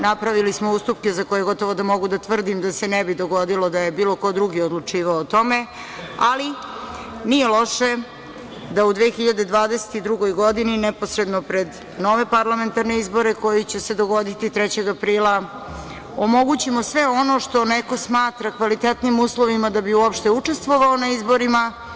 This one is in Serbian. Napravili smo ustupke za koje gotovo mogu da tvrdim da se ne bi dogodilo da je bilo ko drugi odlučivao o tome, ali nije loše da u 2022. godini, neposredno pred nove parlamentarne izbore koji će se dogoditi 3. aprila, omogućimo sve ono što neko smatra kvalitetnim uslovima da bi uopšte učestvovao na izborima.